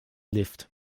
lift